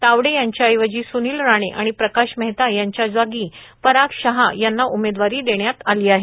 तावडे यांच्या ऐवजी सुनील राणे आणि प्रकाश मेहता यांच्या जागी पराग शहा यांना उमेदवारी देण्यात आली आहे